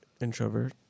Introvert